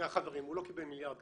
הוא לא קיבל מיליארד,